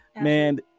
man